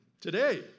Today